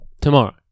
tomorrow